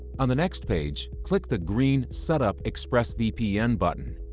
on the next page, click the green set up expressvpn button.